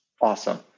Awesome